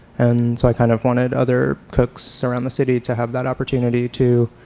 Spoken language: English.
and so i kind of wanted other cooks around the city to have that opportunity to,